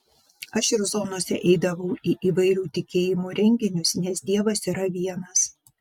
aš ir zonose eidavau į įvairių tikėjimų renginius nes dievas yra vienas